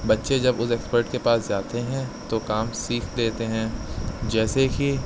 بچے جب اس ایکسپرٹ کے پاس جاتے ہیں تو کام سیکھ لیتے ہیں جیسے کہ